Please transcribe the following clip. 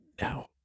Now